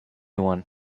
one